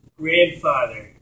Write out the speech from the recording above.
grandfather